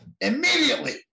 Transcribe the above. Immediately